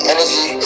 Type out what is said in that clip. Energy